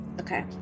Okay